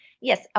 Yes